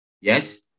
yes